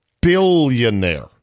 billionaire